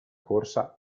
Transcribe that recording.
corsa